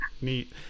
Neat